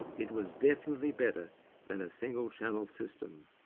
it was definitely better than a single channel system.